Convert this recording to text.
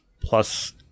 plus